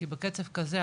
כי בקצב כזה,